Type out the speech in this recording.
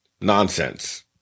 Nonsense